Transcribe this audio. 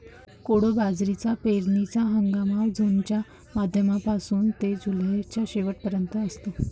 कोडो बाजरीचा पेरणीचा हंगाम जूनच्या मध्यापासून ते जुलैच्या शेवट पर्यंत असतो